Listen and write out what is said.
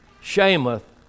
shameth